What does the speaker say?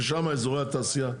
ששם אזורי התעשייה הגדולים,